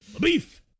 beef